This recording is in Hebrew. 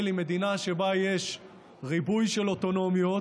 היא מדינה שבה יש ריבוי של אוטונומיות,